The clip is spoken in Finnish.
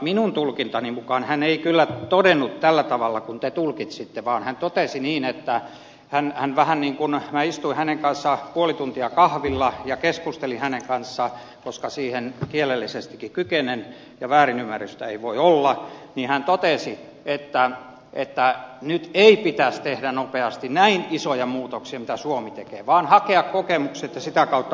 minun tulkintani mukaan hän ei kyllä todennut tällä tavalla kuin te tulkitsitte vaan hän totesi niin että hän on vähän niinkun minä istuin hänen kanssaan puoli tuntia kahvilla ja keskustelin hänen kanssaan koska siihen kielellisestikin kykenin ja väärinymmärrystä ei voi olla että nyt ei pitäisi tehdä nopeasti näin isoja muutoksia kuin mitä suomi tekee vaan hakea kokemukset ja sitä kautta muuttaa